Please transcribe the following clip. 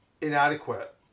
inadequate